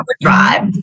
drive